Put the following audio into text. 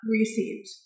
Received